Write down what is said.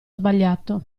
sbagliato